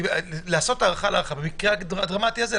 לעשות הארכה על הארכה במקרה הדרמטי הזה,